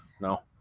no